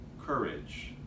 courage